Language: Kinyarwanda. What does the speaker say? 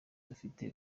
dufite